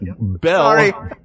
Bell